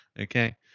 Okay